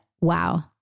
wow